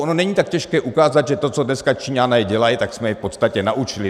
Ono není tak těžké ukázat, že to, co dneska Číňané dělají, tak jsme je v podstatě naučili.